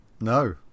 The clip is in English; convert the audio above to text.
No